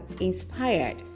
inspired